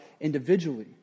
individually